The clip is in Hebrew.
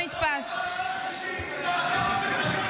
אבל היושב-ראש, היושב-ראש --- אלה שעומדים לדין.